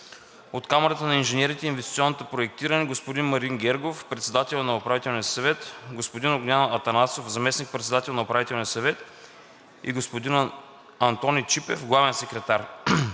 от Камарата на инженерите в инвестиционното проектиране – господин Марин Гергов – председател на Управителния съвет, господин Огнян Атанасов – заместник-председател на Управителния съвет, и господин Антони Чипев – главен секретар;